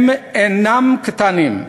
הם אינם קטנים,